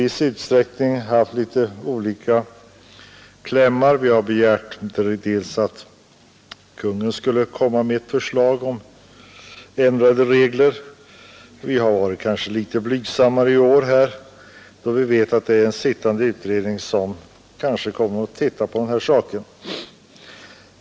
Vi har bl.a. begärt att Kungl. Maj:t skulle lägga fram ett förslag om ändrade regler. Vi har varit litet blygsammare i år med hänsyn till att en sittande utredning kanske kommer att ta upp denna fråga.